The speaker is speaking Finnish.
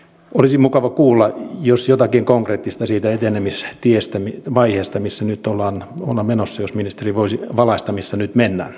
olisi mukava kuulla jos ministeri voisi valaista jotakin konkreettista siitä että ne missä tiestä maijasta missä nyt ollaan menossa jos etenemistiestä ja vaiheesta missä nyt mennään